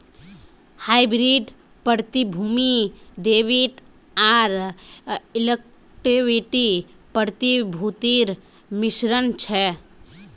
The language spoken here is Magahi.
हाइब्रिड प्रतिभूति डेबिट आर इक्विटी प्रतिभूतिर मिश्रण छ